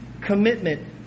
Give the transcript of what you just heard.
commitment